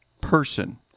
person